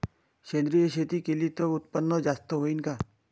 सेंद्रिय शेती केली त उत्पन्न जास्त होईन का?